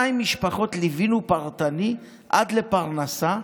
משפחות ליווינו פרטנית עד לפרנסה,